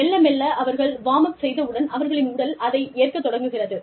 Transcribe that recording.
மெல்ல மெல்ல அவர்கள் வார்ம் அப் செய்தவுடன் அவர்களின் உடல் அதை ஏற்கத் தொடங்குகிறது